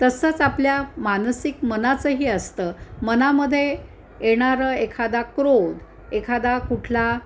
तसंच आपल्या मानसिक मनाचंही असतं मनामध्ये येणारं एखादा क्रोध एखादा कुठला